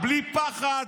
אבל הם מפחדים מהם.